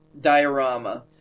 diorama